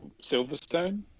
Silverstone